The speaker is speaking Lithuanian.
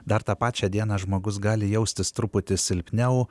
dar tą pačią dieną žmogus gali jaustis truputį silpniau